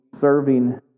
serving